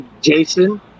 Jason